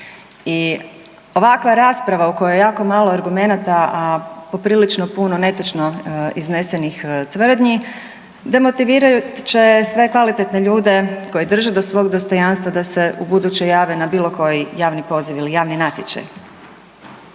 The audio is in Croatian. I ovakva rasprava u kojoj je jako malo argumenata, a poprilično puno netočno iznesenih tvrdnji, demotivirat će sve kvalitetne ljude koji drže do svog dostojanstva da se ubuduće jave na bilo koji javni poziv ili javni natječaj.